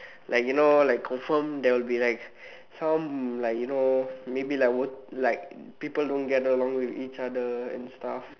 like you know like confirm there will be like some like you know maybe like like people don't get along with each other and stuff